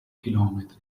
chilometri